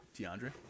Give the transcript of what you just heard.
DeAndre